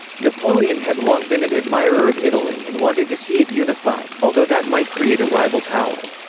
napoleon had long been an admirer of italy and wanted to see it unified, although that might create a rival power.